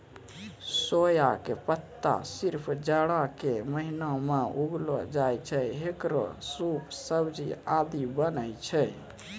सोया के पत्ता सिर्फ जाड़ा के महीना मॅ उगैलो जाय छै, हेकरो सूप, सब्जी आदि बनै छै